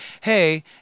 hey